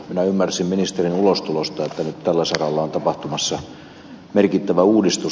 minä ymmärsin ministerin ulostulosta että nyt tällä saralla on tapahtumassa merkittävä uudistus